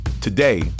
Today